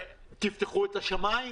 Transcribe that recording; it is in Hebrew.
ותפתחו את השמיים.